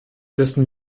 dessen